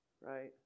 Right